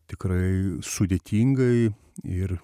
tikrai sudėtingai ir